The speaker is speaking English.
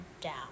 down